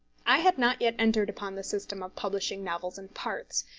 i had not yet entered upon the system of publishing novels in parts,